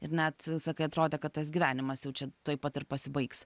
ir net sakai atrodė kad tas gyvenimas jau čia tuoj pat ir pasibaigs